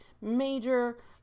major